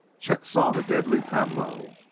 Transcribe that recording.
chet saw the deadly tableau.